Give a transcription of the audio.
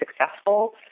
successful